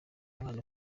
mwana